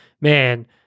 man